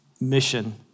mission